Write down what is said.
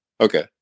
Okay